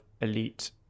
elite